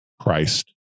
Christ